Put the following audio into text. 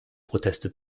proteste